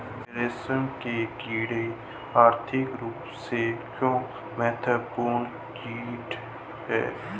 रेशम के कीड़े आर्थिक रूप से क्यों महत्वपूर्ण कीट हैं?